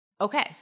Okay